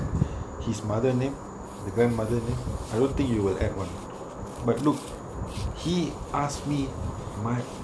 his mother name the grandmother name I won't think you will add [one] but look he ask me my